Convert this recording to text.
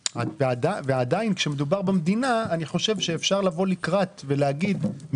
ועדיין כשמדובר במדינה אפשר לבוא לקראת ולהגיד -- כן,